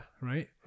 Right